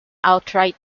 outright